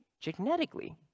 genetically